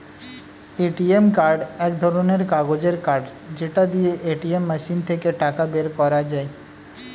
ATM card এক ধরণের কাগজের কার্ড যেটা দিয়ে এটিএম মেশিন থেকে টাকা বের করা যায়